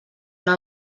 una